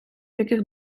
яких